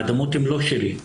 האדמות הם לא שלי.